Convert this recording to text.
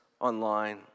online